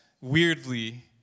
weirdly